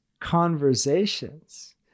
conversations